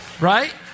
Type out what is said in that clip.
right